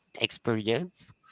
experience